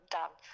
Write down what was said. done